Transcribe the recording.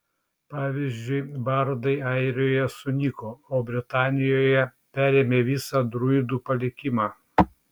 pavyzdžiui bardai airijoje sunyko o britanijoje perėmė visą druidų palikimą